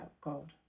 God